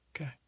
Okay